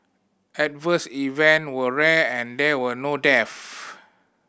adverse event were rare and there were no deaths